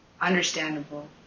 understandable